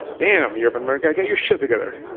damn europe and america, get your shit together.